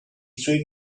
suoi